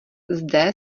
zde